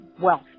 wealth